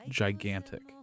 gigantic